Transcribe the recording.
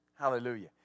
Hallelujah